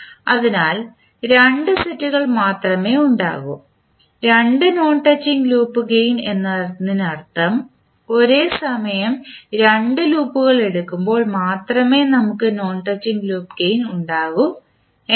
അതിനാൽ രണ്ട് സെറ്റുകൾ മാത്രമേ ഉണ്ടാകൂ രണ്ട് നോൺ ടച്ചിംഗ് ലൂപ്പ് ഗേയിൻ എന്നതിനർത്ഥം ഒരു സമയം രണ്ട് ലൂപ്പുകൾ എടുക്കുമ്പോൾ മാത്രമേ നമുക്ക് നോൺ ടച്ചിംഗ് ലൂപ്പ് ഗേയിൻ ഉണ്ടാകൂ എന്നാണ്